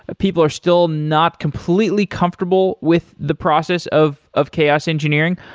ah people are still not completely comfortable with the process of of chaos engineering.